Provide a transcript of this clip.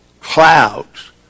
Clouds